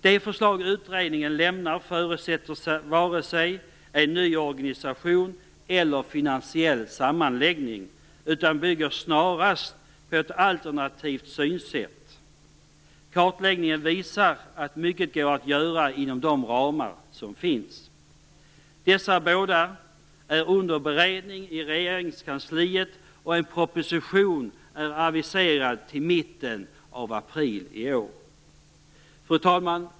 De förslag utredningen lämnar förutsätter vare sig en ny organisation eller finansiell sammanläggning utan bygger snarast på ett alternativt synsätt. Kartläggningen visar att mycket går att göra inom de ramar som finns. Dessa båda betänkanden är under beredning i Regeringskansliet, och en proposition är aviserad till mitten av april i år. Fru talman!